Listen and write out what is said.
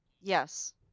Yes